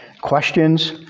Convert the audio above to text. questions